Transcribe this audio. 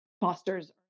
fosters